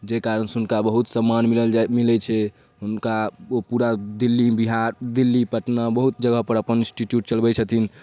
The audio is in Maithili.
जाहि कारणसँ हुनका बहुत सम्मान मिलल जाइ मिलै छै हुनका ओ पूरा दिल्ली बिहार दिल्ली पटना बहुत जगहपर अपन इन्स्टीट्यूट चलबै छथिन